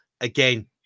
Again